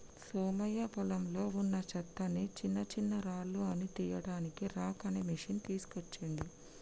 సోమయ్య పొలంలో వున్నా చెత్తని చిన్నచిన్నరాళ్లు అన్ని తీయడానికి రాక్ అనే మెషిన్ తీస్కోచిండు